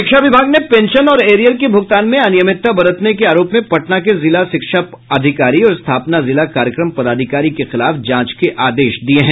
शिक्षा विभाग ने पेंशन और ऐरियर के भुगतान में अनियमितता बरतने के आरोप में पटना के जिला शिक्षा अधिकारी और स्थापना जिला कार्यक्रम पदाधिकारी के खिलाफ जांच के आदेश दिये हैं